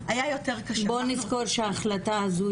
היה מיכאל ביטון,